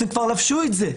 הם כבר שמו את זה,